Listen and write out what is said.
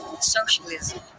socialism